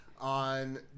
on